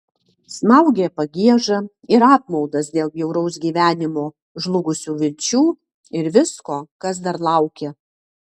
smaugė pagieža ir apmaudas dėl bjauraus gyvenimo žlugusių vilčių ir visko kas dar laukia